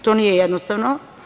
To nije jednostavno.